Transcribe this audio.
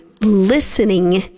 listening